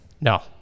No